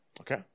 Okay